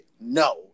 no